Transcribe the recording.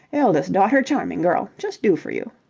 eldest daughter charming girl, just do for you.